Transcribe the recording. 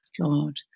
god